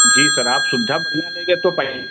जी sir आप सुविधा बढ़िया लेंगे तो पैसा